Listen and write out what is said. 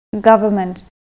government